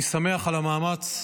אני שמח על המאמץ.